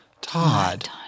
Todd